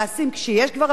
כשיש כבר עבריינות,